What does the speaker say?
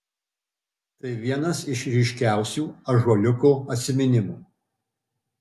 tai vienas iš ryškiausių ąžuoliuko atsiminimų